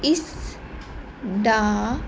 ਇਸ ਦਾ